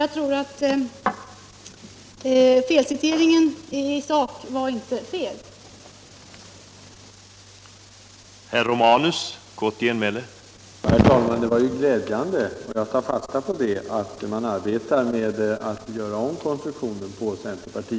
Jag tror därför inte att det som jag sade när jag avsåg att citera var så felaktigt i sak.